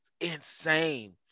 insane